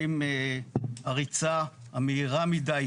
האם הריצה המהירה מידיי